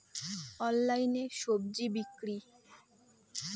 অনলাইনে স্বজি বিক্রি?